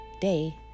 day